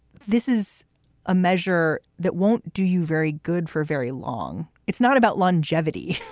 this is a measure that won't do you very good for very long it's not about longevity